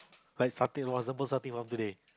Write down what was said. like farting was the thing of today